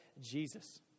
Jesus